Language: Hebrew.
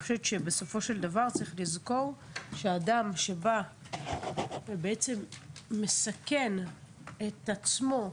בסופו של דבר צריך לזכור שאדם שבא ומסכן את עצמו,